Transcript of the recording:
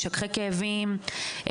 משככי כאבים,